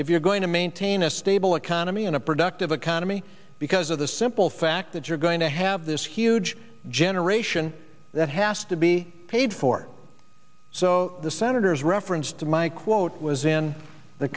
if you're going to maintain a stable economy in a productive economy because of the simple fact that you're going to have this huge generation that has to be paid for so the senator's reference to my quote was in the